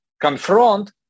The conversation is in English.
confront